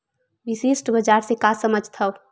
विशिष्ट बजार से का समझथव?